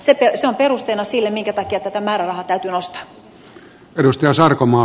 se on perusteena sille minkä takia tätä määrärahaa täytyy nostaa